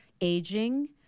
aging